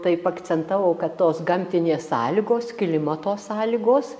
taip akcentavau kad tos gamtinės sąlygos klimato sąlygos